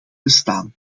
bestaan